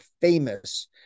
famous